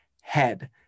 head